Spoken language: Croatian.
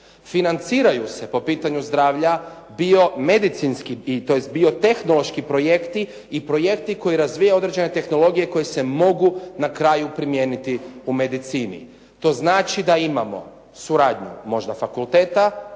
Financiraju se po pitanju zdravlja biomedicinski, tj. biotehnološki projekti i projekti koji razvijaju određene tehnologije koje se mogu na kraju primijeniti u medicini. To znači da imamo suradnju, možda fakulteta,